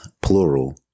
plural